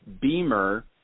Beamer